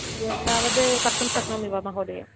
एतावद् कर्तुं शक्नोमि वा महोदय